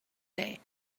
day